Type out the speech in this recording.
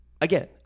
Again